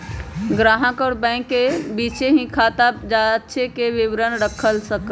ग्राहक अउर बैंक के बीचे ही खाता जांचे के विवरण रख सक ल ह